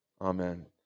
Amen